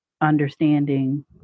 understanding